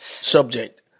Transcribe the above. subject